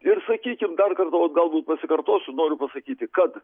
ir sakykim dar kartą ot galbūt pasikartosiu noriu pasakyti kad